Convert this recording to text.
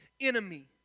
enemy